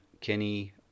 Kenny